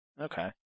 Okay